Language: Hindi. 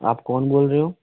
आप कौन बोल रहे हो